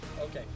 Okay